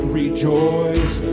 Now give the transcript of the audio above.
rejoice